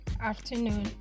afternoon